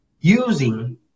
using